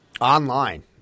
Online